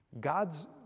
God's